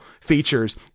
features